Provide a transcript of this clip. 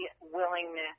willingness